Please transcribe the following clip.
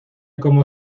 como